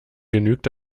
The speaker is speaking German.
genügt